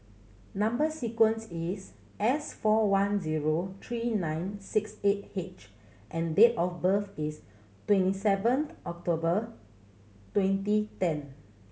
number sequence is S four one zero three nine six eight H and date of birth is twenty seventh October twenty ten